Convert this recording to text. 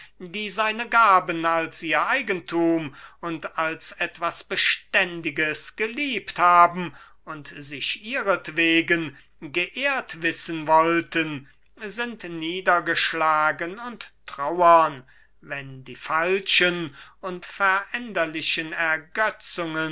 die seine gaben als ihr eigenthum und als etwas beständiges geliebt haben und sich ihretwegen geehrt wissen wollten sind niedergeschlagen und trauern wenn die falschen und veränderlichen